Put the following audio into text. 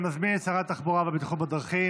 אני מזמין את שרת התחבורה והבטיחות בדרכים